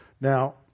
Now